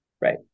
Right